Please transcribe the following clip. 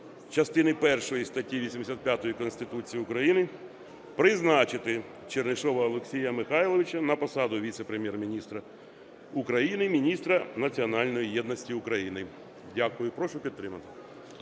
частини першої статті 85 Конституції України призначити Чернишова Олексія Михайловича на посаду Віце-прем'єр-міністра України – Міністра національної єдності України. Дякую. Прошу підтримати.